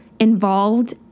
involved